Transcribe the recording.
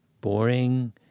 boring